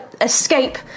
escape